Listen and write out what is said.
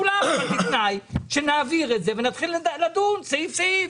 כולם אבל בתנאי שנעביר את זה ונתחיל לדון סעיף סעיף.